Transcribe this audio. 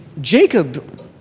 Jacob